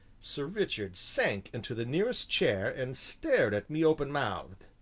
sir richard sank into the nearest chair and stared at me openmouthed.